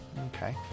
Okay